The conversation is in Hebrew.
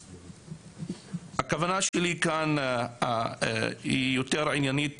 הכוונה שלי כאן יותר עניינית,